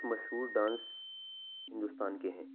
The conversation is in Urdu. مشہور ڈانس ہندوستان کے ہیں